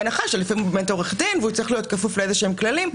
בהנחה שלפעמים הוא עורך דין והוא צריך להיות כפוף לאיזשהם כללים,